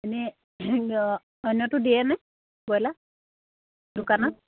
এনেই অন্যতো দিয়ে নাই ব্ৰইলাৰ দোকানত